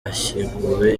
ashyinguwe